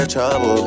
Trouble